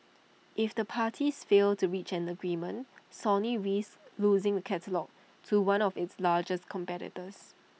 if the parties fail to reach an agreement Sony risks losing catalogue to one of its largest competitors